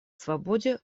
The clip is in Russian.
свободе